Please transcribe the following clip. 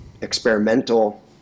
experimental